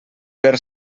per